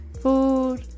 food